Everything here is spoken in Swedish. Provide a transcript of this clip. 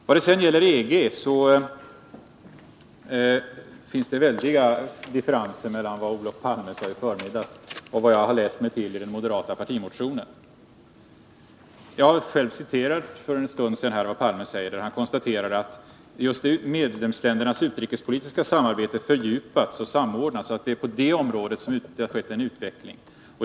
I fråga om EG finns det väldiga differenser mellan vad Olof Palme sade i förmiddags och vad jag har läst mig till i den moderata partimotionen. Jag citerade för en stund sedan vad Olof Palme sade. Han konstaterade att medlemsländernas utrikespolitiska samarbete har fördjupats och samordnats och att det är på det området som det har skett en utveckling.